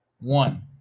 One